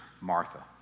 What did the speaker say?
Martha